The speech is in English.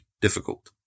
difficult